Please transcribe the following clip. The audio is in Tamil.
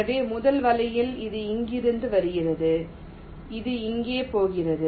எனவே முதல் வலையில் அது இங்கிருந்து வருகிறது அது இங்கே போகிறது